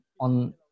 on